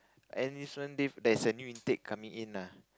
enlistment day there's a new intake coming in nah